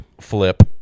flip